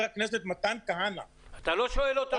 הכנסת מתן כהנא --- אתה לא שואל אותו שאלות.